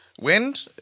Wind